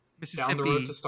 Mississippi